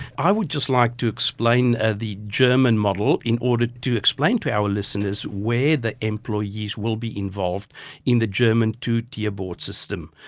i would just like to explain ah the german model in order to explain to our listeners where the employees will be involved in the german two-tier board system.